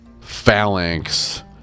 phalanx